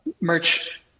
Merch